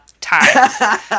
time